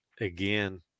again